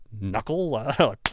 Knuckle